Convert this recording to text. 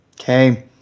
okay